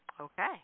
Okay